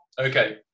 okay